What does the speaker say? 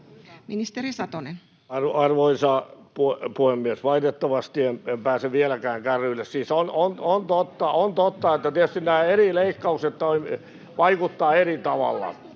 Content: Arvoisa puhemies! Valitettavasti en pääse vieläkään kärryille. Siis on totta, että tietysti nämä eri leikkaukset vaikuttavat eri tavalla,